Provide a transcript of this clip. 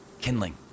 Kindling